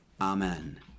Amen